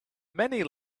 many